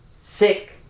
Sick